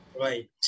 Right